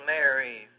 Mary